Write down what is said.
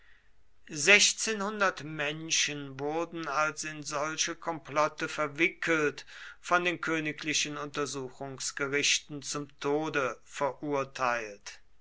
sechzehnhundert menschen wurden als in solche komplotte verwickelt von den königlichen untersuchungsgerichten zum tode verurteilt